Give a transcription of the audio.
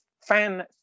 fan